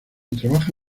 trabaja